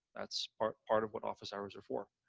that's part part of what office hours are for.